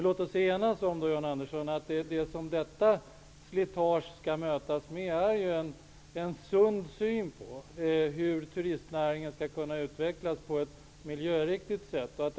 Låt oss enas, John Andersson, om att det som detta slitage skall mötas med är en sund syn på turistnäringen, hur den skall kunna utvecklas på ett miljöriktigt sätt.